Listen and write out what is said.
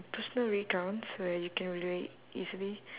personal recounts where you can relate easily